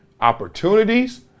opportunities